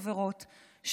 חברות,